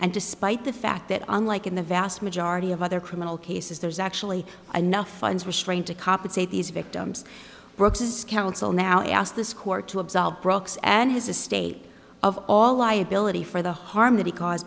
and despite the fact that unlike in the vast majority of other criminal cases there's actually another funds restrained to compensate these victims brooks's counsel now asked this court to absolve brooks and his estate of all liability for the harm that he